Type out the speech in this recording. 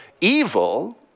evil